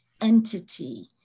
entity